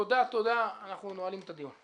תודה, אנחנו נועלים את הדיון.